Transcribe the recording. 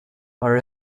are